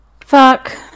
Fuck